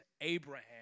Abraham